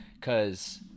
Cause